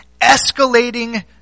escalating